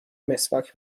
مسواک